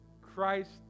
Christ